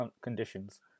conditions